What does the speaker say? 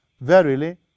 verily